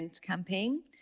campaign